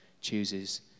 chooses